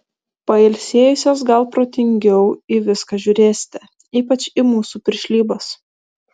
pailsėjusios gal protingiau į viską žiūrėsite ypač į mūsų piršlybas